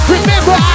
Remember